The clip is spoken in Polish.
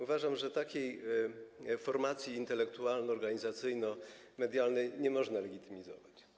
Uważam, że takiej formacji intelektualno-organizacyjno-medialnej nie można legitymizować.